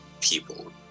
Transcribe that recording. people